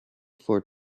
four